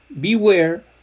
beware